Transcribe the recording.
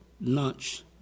lunch